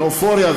באופוריה,